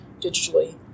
digitally